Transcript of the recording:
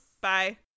Bye